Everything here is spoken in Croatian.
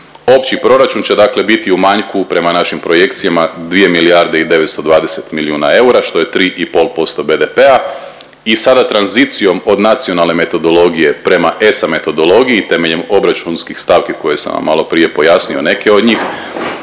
Opći proračun će dakle biti u manjku prema našim projekcijama 2 milijarde i 920 milijuna eura što je 3,5% BDP-a i sada tranzicijom od nacionalne metodologije prema ESA metodologiji temeljem obračunskih stavki koje sam vam maloprije pojasnio, neke od njih,